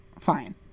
Fine